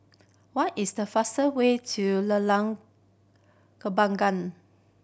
what is the fastest way to Lorong Kembagan